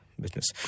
business